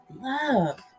love